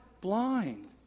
blind